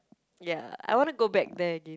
ya I want to go back there again